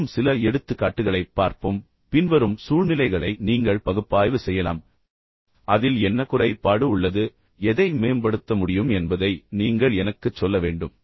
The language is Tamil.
இன்னும் சில எடுத்துக்காட்டுகளைப் பார்ப்போம் பின்வரும் சூழ்நிலைகளை நீங்கள் பகுப்பாய்வு செய்யலாம் நான் ஒரு சூழ்நிலையை அடையாளம் கண்டுள்ளேன் அதில் என்ன குறைபாடு உள்ளது எதை மேம்படுத்த முடியும் என்பதை நீங்கள் எனக்குச் சொல்ல வேண்டும்